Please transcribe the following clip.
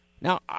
Now